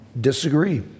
Disagree